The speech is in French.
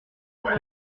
votre